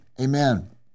Amen